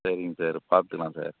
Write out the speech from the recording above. சரிங்க சார் பார்த்துக்கலாம் சார்